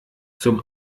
zum